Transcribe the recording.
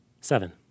seven